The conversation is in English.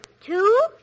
Two